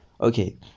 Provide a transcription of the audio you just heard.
Okay